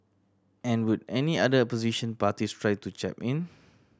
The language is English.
and would any other opposition parties try to chap in